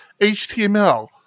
HTML